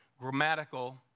grammatical